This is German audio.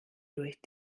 durch